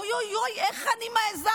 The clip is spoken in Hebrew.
אוי אוי אוי, איך אני מעיזה.